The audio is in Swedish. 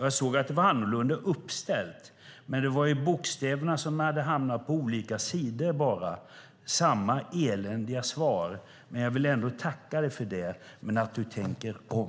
Jag såg att det var annorlunda uppställt, men det var bokstäverna som hade hamnat på olika sidor bara. Det var samma eländiga svar. Jag vill ändå tacka dig för det men vill också att du tänker om.